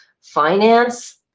finance